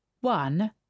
one